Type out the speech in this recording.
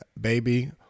Baby